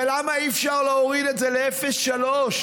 ולמה אי-אפשר להוריד את זה ל-0.3%?